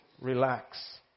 relax